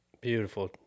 Beautiful